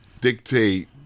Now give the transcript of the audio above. dictate